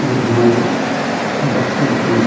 यह हमारे बचपन की